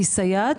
היא סייעת,